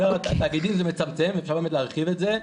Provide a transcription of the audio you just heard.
תאגידים זה מצמצם אפשר באמת להרחיב את זה,